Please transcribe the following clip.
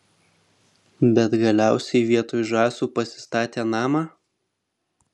bet galiausiai vietoj žąsų pasistatė namą